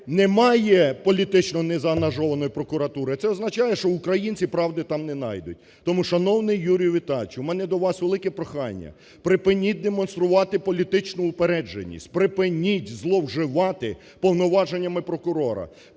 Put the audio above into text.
немає політично незаангажованої прокуратури. Це означає, що українці правди там не найдуть. Тому, шановний Юрію Віталійовичу, у мене до вас велике прохання. Припиніть демонструвати політичну упередженість. Припиніть зловживати повноваженнями прокурора.